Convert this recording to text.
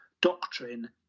doctrine